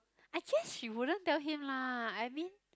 I guess she wouldn't tell him lah I mean